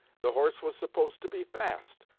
the horse was supposed to be fast,